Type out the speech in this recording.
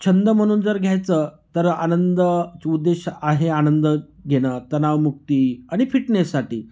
छंद म्हणून जर घ्यायचं तर आनंद उद्देश आहे आनंद घेणं तणावमुक्ती आणि फिटनेससाठी